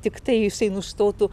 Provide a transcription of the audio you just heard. tiktai jisai nustotų